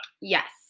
Yes